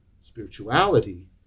spirituality